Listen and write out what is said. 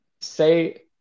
say